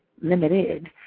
limited